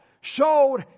Showed